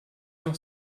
noch